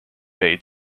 made